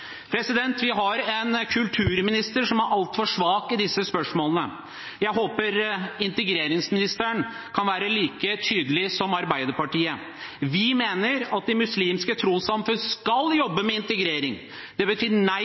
Vi har en kulturminister som er altfor svak i disse spørsmålene. Jeg håper integreringsministeren kan være like tydelig som Arbeiderpartiet. Vi mener at de muslimske trossamfunnene skal jobbe med integrering. Det betyr nei